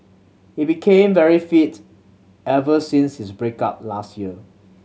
he became very fit ever since his break up last year